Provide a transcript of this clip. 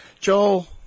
Joel